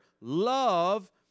love